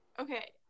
okay